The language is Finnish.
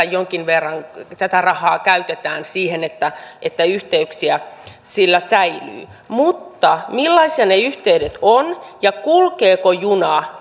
jonkin verran tätä rahaa käytetään siihen että että yhteyksiä sillä säilyy mutta millaisia ne yhteydet ovat ja kulkeeko juna